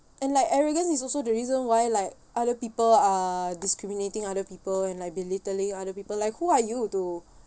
and like arrogance is also the reason why like other people are discriminating other people and like belittling other people like who are you to